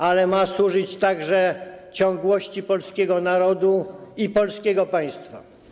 Ale ma służyć także ciągłości polskiego narodu i polskiego państwa.